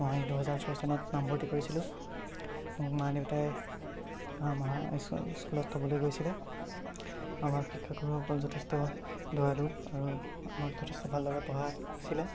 মই দুহেজাৰ ছয় চনত নামভৰ্তি কৰিছিলোঁ মোক মা দেউতাই স্কুলত থ'বলৈ গৈছিলে আমাৰ শিক্ষাগুৰুসকল যথেষ্ট দয়ালু আৰু আমাক যথেষ্ট ভালদৰে পঢ়াইছিলে